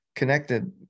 connected